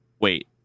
Wait